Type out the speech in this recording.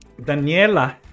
Daniela